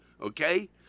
okay